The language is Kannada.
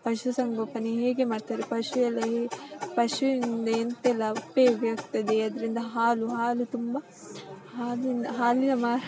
ಪಶುಸಂಗೋಪನೆ ಹೇಗೆ ಮಾಡ್ತಾರೆ ಪಶುಯೆಲ್ಲ ಹೇಗೆ ಪಶುಯಿಂದ ಎಂತೆಲ್ಲ ಉಪ್ಯೋಗ ಇರ್ತದೆ ಅದರಿಂದ ಹಾಲು ಹಾಲು ತುಂಬ ಹಾಲಿನ ಹಾಲಿನ ಮ